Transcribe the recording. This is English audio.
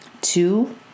two